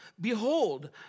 Behold